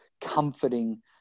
comforting